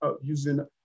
using